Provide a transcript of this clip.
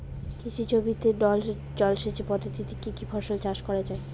কৃষি জমিতে নল জলসেচ পদ্ধতিতে কী কী ফসল চাষ করা য়ায়?